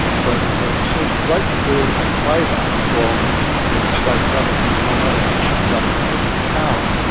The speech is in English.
so that they received a great deal of favour from the state government, no matter which government was in power.